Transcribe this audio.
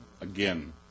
again